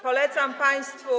Polecam państwu.